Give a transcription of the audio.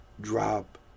drop